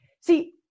See